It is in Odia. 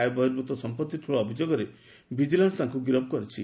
ଆୟ ବର୍ହିଭ୍ତ ସମ୍ମଉି ଠୁଳ ଅଭିଯୋଗରେ ଭିକିଲାନ୍ୱ ତାଙ୍କୁ ଗିରଫ କରିଛି